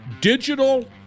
Digital